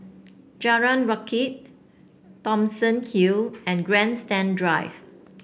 Jalan Rakit Thomson Hill and Grandstand Drive